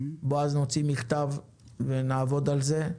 בעז, נוציא מכתב ונעבוד על זה.